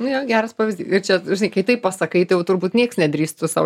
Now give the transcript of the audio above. nu jo geras pavyzdy ir čia žinai kai taip pasakai tai jau turbūt nieks nedrįstų sau